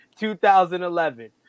2011